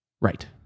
Right